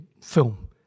film